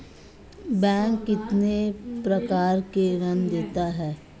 Bank कितने प्रकार के ऋण देता है?